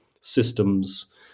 systems